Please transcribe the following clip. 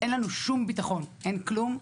אין לנו שום ביטחון, אין כלום.